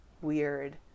weird